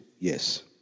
Yes